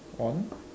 on